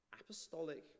Apostolic